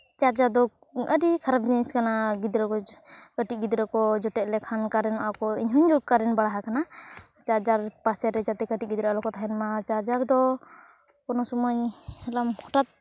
charger ᱫᱚ ᱟᱹᱰᱤ ᱠᱷᱟᱨᱟᱯ ᱡᱤᱱᱤᱥ ᱠᱟᱱᱟ ᱜᱤᱫᱽᱨᱟᱹ ᱠᱚ ᱠᱟᱹᱴᱤᱡ ᱜᱤᱫᱽᱨᱟᱹ ᱠᱚ ᱡᱚᱴᱮᱫ ᱞᱮᱠᱷᱟᱱ ᱠᱟᱨᱮᱱᱴᱚᱜᱼᱟ ᱠᱚ ᱤᱧ ᱦᱚᱸᱧ ᱠᱟᱨᱮᱱᱴ ᱵᱟᱲᱟ ᱟᱠᱟᱱᱟ ᱪᱟᱨᱡᱟᱨ ᱯᱟᱥᱮᱨᱮ ᱡᱟᱛᱮ ᱠᱟᱹᱴᱤᱡ ᱜᱤᱫᱽᱨᱟᱹ ᱟᱞᱚᱠᱚ ᱛᱟᱦᱮᱱ ᱢᱟ ᱪᱟᱨᱡᱟᱨ ᱫᱚ ᱠᱳᱱᱳ ᱥᱚᱢᱚᱭ ᱧᱮᱞᱟᱢ ᱦᱚᱴᱟᱛ